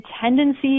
tendency